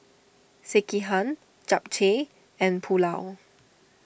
Sekihan Japchae and Pulao